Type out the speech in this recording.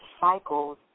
Cycles